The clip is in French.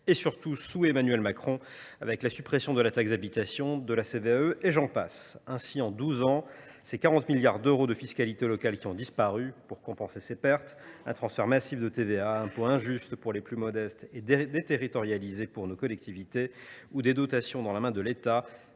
et, surtout, sous Emmanuel Macron, avec la suppression de la taxe d’habitation, de la CVAE, et j’en passe. Ainsi, en douze ans, ce sont 40 milliards d’euros de fiscalité locale qui ont disparu. Pour compenser ces pertes ont été prévus un transfert massif de TVA, impôt injuste pour les plus modestes et déterritorialisé pour nos collectivités, ou des dotations à la main de l’État